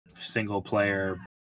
single-player